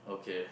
okay